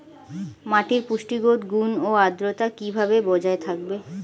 মাটির পুষ্টিগত গুণ ও আদ্রতা কিভাবে বজায় থাকবে?